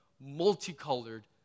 multicolored